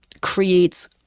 creates